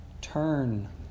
Turn